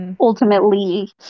ultimately